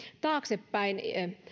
taaksepäin